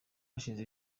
hashize